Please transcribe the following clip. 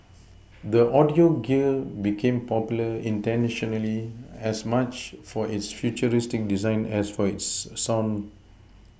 the audio gear became popular internationally as much for its futuristic design as for its sound